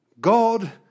God